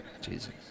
Jesus